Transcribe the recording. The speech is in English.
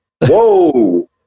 Whoa